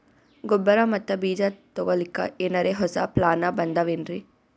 ಗೊಬ್ಬರ ಮತ್ತ ಬೀಜ ತೊಗೊಲಿಕ್ಕ ಎನರೆ ಹೊಸಾ ಪ್ಲಾನ ಬಂದಾವೆನ್ರಿ?